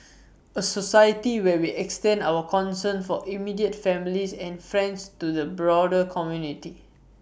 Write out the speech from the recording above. A society where we extend our concern for immediate families and friends to the broader community